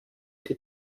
die